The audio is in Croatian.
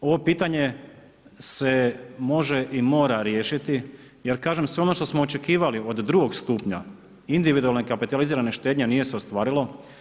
Ovo pitanje se može i mora riješiti jer kažem, sve ono što smo očekivali od drugog stupa, individualne kapitalizirane štednje nije se ostvarilo.